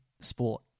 sport